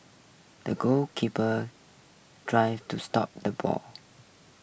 the goalkeeper drived to stop the ball